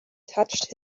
touched